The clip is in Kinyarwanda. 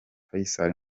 faisal